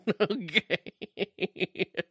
okay